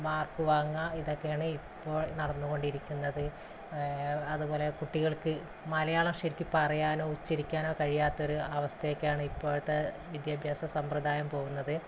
mark വാങ്ങുക ഇതൊക്കെയാണ് ഇപ്പോൾ നടന്ന് കൊണ്ടിരിക്കുന്നത് അതുപോലെ കുട്ടികൾക്ക് മലയാളം ശരിക്ക് പറയാനോ ഉച്ചരിക്കാനോ കഴിയാത്ത ഒരു അവസ്ഥയൊക്കെയാണ് ഇപ്പോഴത്തെ വിദ്യാഭ്യാസ സമ്പ്രദായം പോകുന്നത്